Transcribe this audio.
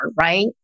right